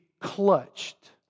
clutched